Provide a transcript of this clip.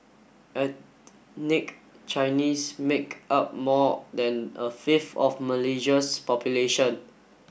ethnic Chinese make up more than a fifth of Malaysia's population